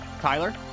Tyler